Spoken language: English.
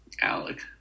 Alec